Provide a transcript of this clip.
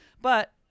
but-